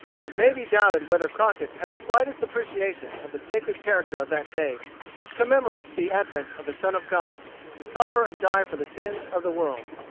it may be doubted whether crockett had the slightest appreciation of the sacred character of that day which commemorates the advent of the son of god to suffer and die for the sins of the world.